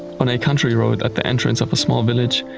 on a country road at the entrance of a small village,